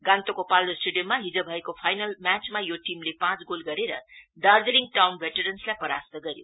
गान्तोकको पाल्जोर स्टेडियममा हिज भएको फाइनल म्याचमा यो टीमले पाँच गोल गरेर दार्जिलिङ टाउन भेट्रेन्सलाई परास्त गर्यो